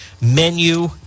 menu